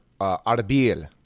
Arbil